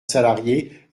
salarié